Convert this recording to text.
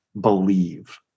believe